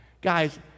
Guys